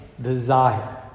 desire